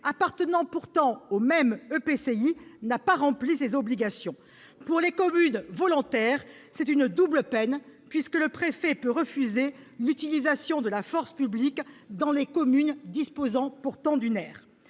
appartenant pourtant au même EPCI, n'a pas rempli les siennes. Eh oui ! Pour les communes volontaires, c'est une double peine, puisque le préfet peut refuser l'utilisation de la force publique dans les communes disposant pourtant d'une aire.